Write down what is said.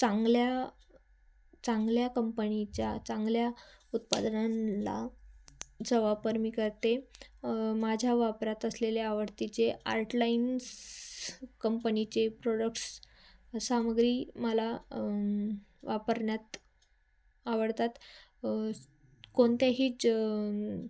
चांगल्या चांगल्या कंपनीच्या चांगल्या उत्पादनांना चा वापर मी करते माझ्या वापरात असलेल्या आवडतीचे आर्टलाईन्स कंपनीचे प्रोडक्ट्स सामग्री मला वापरण्यात आवडतात कोणत्याही ज